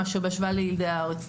בהשוואה לילידי הארץ.